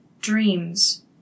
dreams